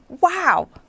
Wow